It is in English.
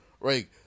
Right